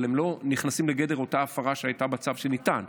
אבל הם לא נכנסים בגדר אותה הפרה שהייתה בצו שניתן.